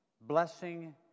blessing